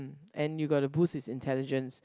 and you gotta boost its intelligence